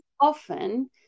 often